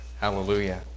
Hallelujah